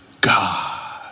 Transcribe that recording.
god